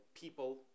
people